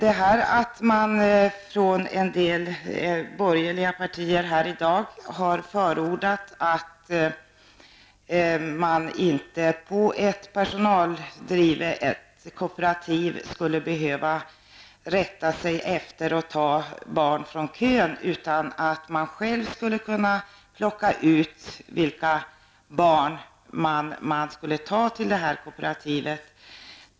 En del borgerliga partier har här i dag talat för att man på ett personaldrivet kooperativ inte skulle behöva ta barn från kön, utan man skulle kunna plocka ut de barn man skall ta till kooperativet.